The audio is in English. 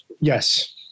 yes